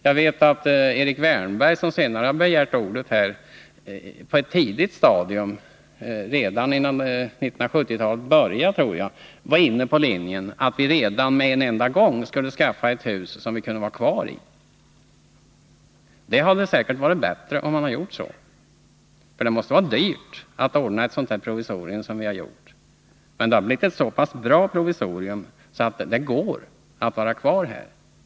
Jag vet att Erik Wärnberg, som står senare på talarlistan, på ett tidigt stadium, redan före 1970-talet, var inne på linjen att vi redan då på en gång skulle skaffa ett hus som vi kunde vara kvar i. Det skulle säkert ha varit bättre, för det måste vara dyrt att ordna ett sådant här provisorium. Men nu har det blivit ett så bra provisorium att det går att vara kvar här.